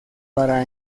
para